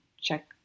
check